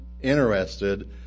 interested